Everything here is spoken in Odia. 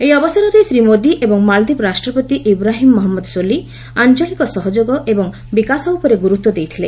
ଏହି ଅବସରରେ ଶ୍ରୀ ମୋଦି ଏବଂ ମାଳଦ୍ୱୀପ ରାଷ୍ଟ୍ରପତି ଇବ୍ରାହିମ୍ ମହମ୍ମଦ ସୋଲି ଆଞ୍ଚଳିକ ସହଯୋଗ ଏବଂ ବିକାଶ ଉପରେ ଗୁରୁତ୍ୱ ଦେଇଥିଲେ